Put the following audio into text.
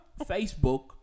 Facebook